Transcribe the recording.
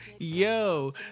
yo